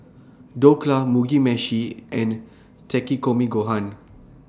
Dhokla Mugi Meshi and Takikomi Gohan